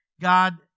God